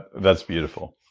that's beautiful.